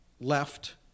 left